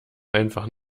einfach